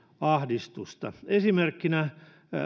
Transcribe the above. ahdistusta esimerkkinä